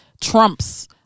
trumps